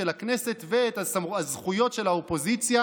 של הכנסת ואת הזכויות של האופוזיציה.